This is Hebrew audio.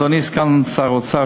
אדוני סגן שר האוצר,